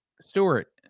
Stewart